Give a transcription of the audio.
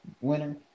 winner